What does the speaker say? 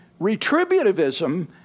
Retributivism